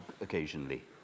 occasionally